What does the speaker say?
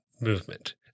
movement